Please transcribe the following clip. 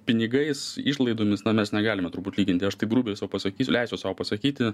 pinigais išlaidomis na mes negalime turbūt lyginti aš taip grubiai sau pasakysiu leisiu sau pasakyti